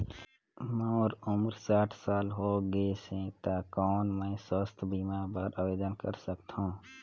मोर उम्र साठ साल हो गे से त कौन मैं स्वास्थ बीमा बर आवेदन कर सकथव?